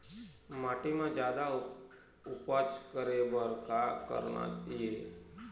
माटी म जादा उपज करे बर का करना ये?